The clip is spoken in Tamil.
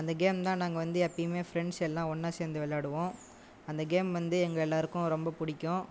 அந்த கேம் தான் நாங்கள் வந்து எப்பவுமே ஃப்ரெண்ட்ஸ் எல்லாம் ஒன்றா சேர்ந்து விளையாடுவோம் அந்த கேம் வந்து எங்கள் எல்லாருக்கும் ரொம்ப பிடிக்கும்